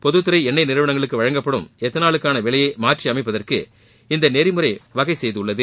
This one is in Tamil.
பொதுத்துறை எண்ணெய் நிறுவனங்களுக்கு வழங்கப்படும் எத்தனாலுக்கான விலையை மாற்றியமைப்பதற்கு இந்த நெறிமுறை வகை செய்துள்ளது